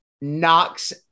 knocks